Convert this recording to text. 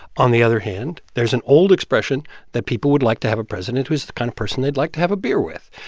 on the other hand, there's an old expression that people would like to have a president who's the kind of person they'd like to have a beer with.